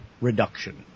reduction